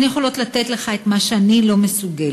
הן יכולות לתת לך את מה שאני לא מסוגלת,